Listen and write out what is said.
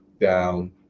down